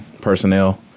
personnel